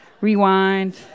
rewind